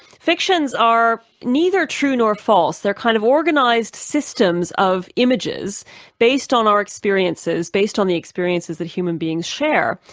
fictions are neither true nor false. they're kind of organized systems of images based on our experiences, based on the experiences that human beings share.